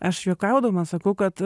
aš juokaudama sakau kad